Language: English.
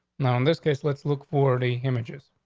now, in this case, let's look for the images.